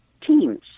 teams